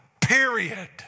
period